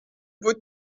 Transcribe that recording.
beau